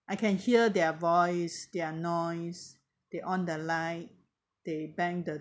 I can hear their voice their noise they on the light they bang the